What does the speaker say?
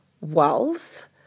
wealth